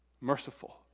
merciful